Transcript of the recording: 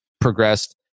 progressed